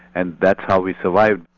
and that's how we survived.